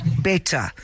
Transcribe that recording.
better